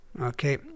okay